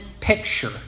picture